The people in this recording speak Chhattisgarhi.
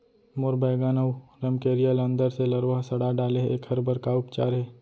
मोर बैगन अऊ रमकेरिया ल अंदर से लरवा ह सड़ा डाले हे, एखर बर का उपचार हे?